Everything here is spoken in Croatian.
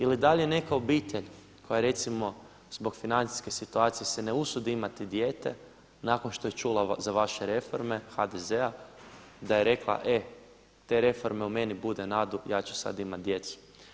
Ili da li je neka obitelj koja recimo zbog financijske situacije se ne usudi imati dijete nakon što je čula za vaše reforme, HDZ-a, da je rekla e, te reforme u meni bude nadu, ja ću sada imati djecu.